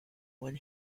when